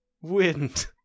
wind